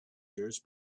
years